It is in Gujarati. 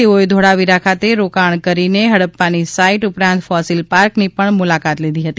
તેઓએ ધોળાવિરા ખાતે રોકાણકારીને હડપ્પાની સાઇટ ઉપરાંત ફોસીલ પાર્કની પણ મુલાકાત લીધી હતી